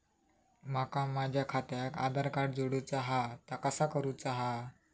माका माझा खात्याक आधार कार्ड जोडूचा हा ता कसा करुचा हा?